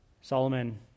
Solomon